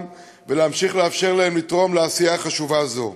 ולהמשיך לאפשר להם לתרום לעשייה חשובה זו.